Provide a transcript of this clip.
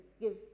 give